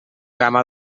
gamma